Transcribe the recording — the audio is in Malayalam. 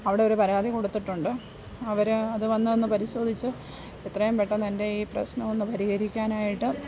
അവിടെ ഒരു പരാതി കൊടുത്തിട്ടുണ്ട് അവർ അത് വന്ന് ഒന്ന് പരിശോധിച്ച് എത്രയും പെട്ടെന്ന് എൻ്റെ ഈ പ്രശ്നം ഒന്ന് പരിഹരിക്കാനായിട്ട്